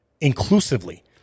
inclusively